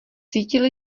cítil